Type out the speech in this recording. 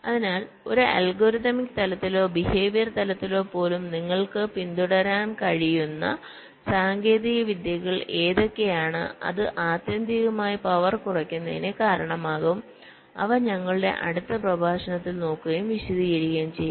അതിനാൽ ഒരു അൽഗോരിതമിക് തലത്തിലോ ബിഹേവിയർ തലത്തിലോ പോലും നിങ്ങൾക്ക് പിന്തുടരാൻ കഴിയുന്ന സാങ്കേതിക വിദ്യകൾ ഏതൊക്കെയാണ് അത് ആത്യന്തികമായി പവർ കുറയ്ക്കുന്നതിന് കാരണമാകും അവ ഞങ്ങളുടെ അടുത്ത പ്രഭാഷണത്തിൽ നോക്കുകയും വിശദീകരിക്കുകയും ചെയ്യും